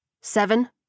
Seven